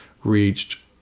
Reached